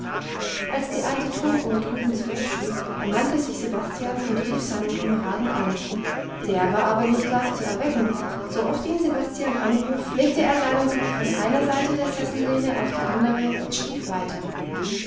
als die alte turmuhr drüben zwölf schlug ermannte sich sebastian und rief seinen kameraden an der war aber nicht leicht zu erwecken sooft ihn sebastian anrief legte er seinen kopf von einer seite der sessellehne auf die andere und schlief weiter